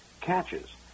catches